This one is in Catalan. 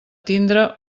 tindre